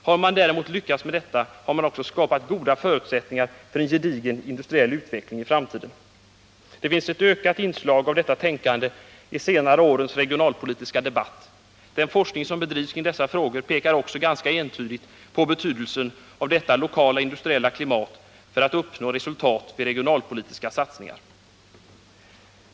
Har man däremot lyckats med detta, har man också skapat goda förutsättningar för en gedigen industriell utveckling i framtiden. Det finns ett ökat inslag av detta tänkande i senare års regionalpolitiska debatt. Den forskning som bedrivs kring dessa frågor pekar också ganska entydigt på betydelsen av detta lokala industriella klimat när det gäller att nå resultat vid regionalpolitiska satsningar.